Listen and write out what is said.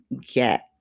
get